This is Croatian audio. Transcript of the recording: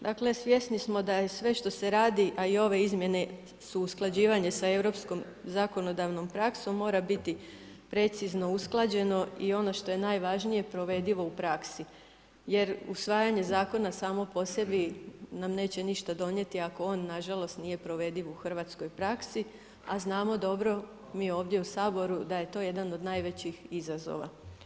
Dakle svjesni smo da je sve što se radi, a i ove izmjene su usklađivanje sa europskom zakonodavnom praksom mora biti precizno usklađeno i ono što je najvažnije provedivo u praksi jer usvajanje samo po sebi nam neće ništa donijeti ako on nažalost nije provediv u hrvatskoj praksi, a znamo dobro mi ovdje u Saboru da je to jedan od najvećih izazova.